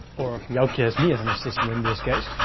or joukje has me as an assistant in this case.